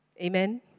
Amen